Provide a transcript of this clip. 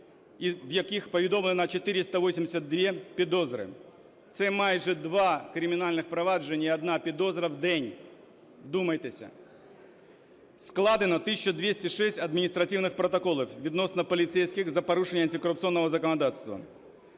в яких повідомлено 482 підозри. Це майже два кримінальні провадження і одна підозра в день. Вдумайтеся. Складено 1 тисячу 206 адміністративних протоколів відносно поліцейських за порушення антикорупційного законодавства.